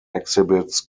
exhibits